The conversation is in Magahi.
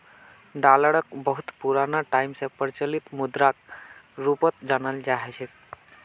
डालरक बहुत पुराना टाइम स प्रचलित मुद्राक रूपत जानाल जा छेक